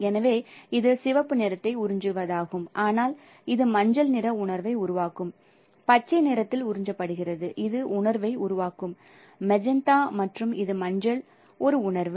எனவே இது சிவப்பு நிறத்தை உறிஞ்சுவதாகும் ஆனால் இது மஞ்சள் நிற உணர்வை உருவாக்கும் பச்சை நிறத்தில் உறிஞ்சப்படுவது இது உணர்வை உருவாக்கும் மெஜந்தா மற்றும் இது மஞ்சள் ஒரு உணர்வு